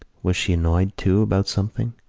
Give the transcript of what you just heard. was she annoyed, too, about something?